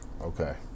Okay